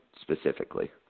specifically